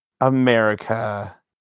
America